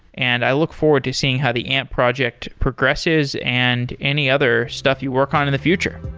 and i look forward to seeing how the amp project progresses and any other stuff you work on in the future.